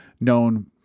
known